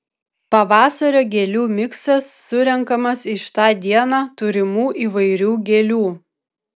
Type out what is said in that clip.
pavasario gėlių miksas surenkamas iš tą dieną turimų įvairių gėlių